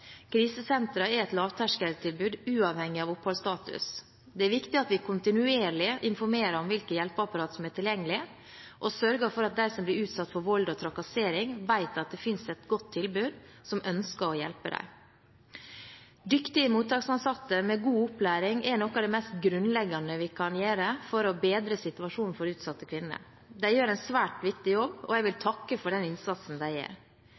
Krisesentrene er et lavterskeltilbud uavhengig av oppholdsstatus. Det er viktig at vi kontinuerlig informerer om hvilke hjelpeapparat som er tilgjengelige, og sørger for at de som blir utsatt for vold og trakassering, vet at det finnes et godt tilbud som ønsker å hjelpe dem. Dyktige mottaksansatte med god opplæring er noe av det mest grunnleggende vi kan ha for å bedre situasjonen for utsatte kvinner. De gjør en svært viktig jobb, og jeg vil takke for den innsatsen de